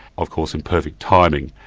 of course in perfect timing.